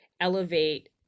elevate